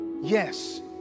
Yes